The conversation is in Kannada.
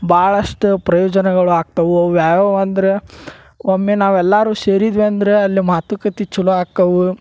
ಭಾಳಷ್ಟು ಪ್ರಯೋಜನಗಳು ಆಗ್ತಾವು ಅವ ಯಾವುವಂದ್ರ ಒಮ್ಮೆ ನಾವು ಎಲ್ಲಾರೂ ಸೇರಿದ್ವಿ ಅಂದ್ರ ಅಲ್ಲಿ ಮಾತುಕತೆ ಛಲೋ ಆಕ್ಕವು